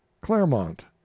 Claremont